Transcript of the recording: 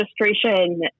registration